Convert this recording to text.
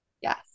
Yes